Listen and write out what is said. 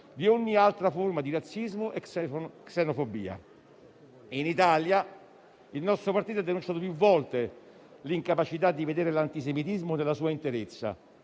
di ogni altra forma di razzismo e xenofobia. In Italia, il nostro partito ha denunciato più volte l'incapacità di vedere l'antisemitismo nella sua interezza.